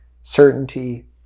certainty